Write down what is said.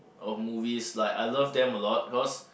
or movies like I love them a lot because